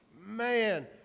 Man